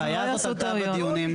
הם לא יעשו טעויות.